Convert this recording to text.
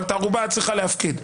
אבל את הערובה היא צריכה להפקיד.